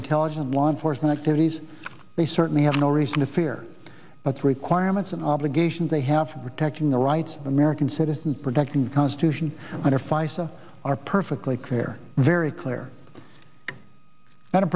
intelligent law enforcement activities they certainly have no reason to fear but the requirements and obligations they have protecting the rights of american citizen protecting constitution under face of are perfectly clear very clear and